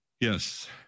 Yes